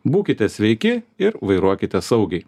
būkite sveiki ir vairuokite saugiai